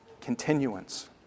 continuance